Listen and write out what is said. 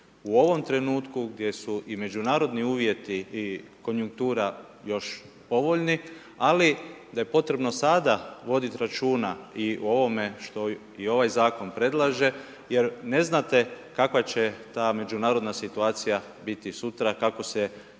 u ovom trenutku gdje su i međunarodni uvjeti i …/Govornik se ne razumije./… još povoljni. Ali da je potrebno sada voditi računa i o ovome što i ovaj zakon predlaže jer ne znate kakva će ta međunarodna situacija biti sutra kako se to može